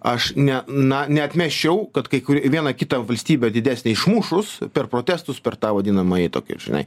aš ne na neatmesčiau kad kai kur vieną kitą valstybę didesnė išmušus per protestus per tą vadinamąjį tokį žinai